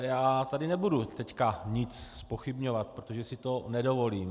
Já tady nebudu teď nic zpochybňovat, protože si to nedovolím.